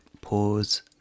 pause